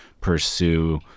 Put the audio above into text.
pursue